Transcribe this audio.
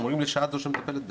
אומרים לי שאת זו שמטפלת בזה?